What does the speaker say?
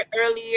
earlier